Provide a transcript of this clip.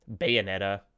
Bayonetta